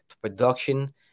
Production